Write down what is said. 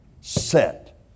Set